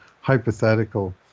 hypothetical